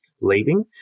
leaving